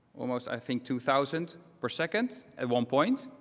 almost, i think, two thousand per second at one point.